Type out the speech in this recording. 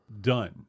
done